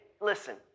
Listen